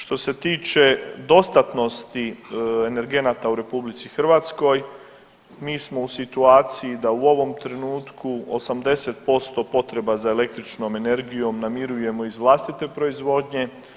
Što se tiče dostatnosti energenata u RH, mi smo u situaciju da u ovom trenutku 80% potreba za električnom energijom namirujemo iz vlastite proizvodnje.